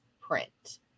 print